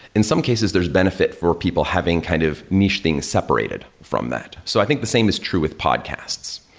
in some cases, there's benefit for people having kind of niche things separated from that. so i think the same is true with podcasts.